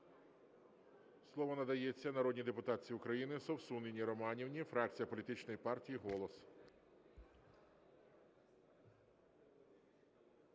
Слово надається народній депутатці України Совсун Інні Романівні, фракція політичної партії "Голос".